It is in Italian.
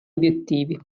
obiettivi